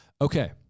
okay